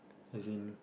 as in